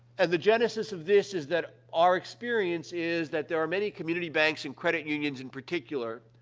and the genesis of this is that our experience is that there are many community banks and credit unions, in particular,